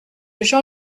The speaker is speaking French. jean